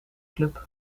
club